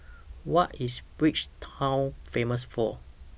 What IS Bridgetown Famous For